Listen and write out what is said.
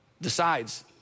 decides